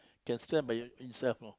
can step by him himself you know